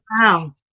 Wow